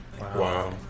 Wow